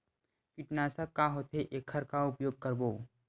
कीटनाशक का होथे एखर का उपयोग करबो?